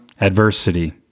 adversity